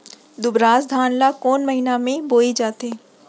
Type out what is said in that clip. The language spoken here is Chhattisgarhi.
दुबराज धान ला कोन महीना में बोये जाथे?